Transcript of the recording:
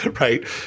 Right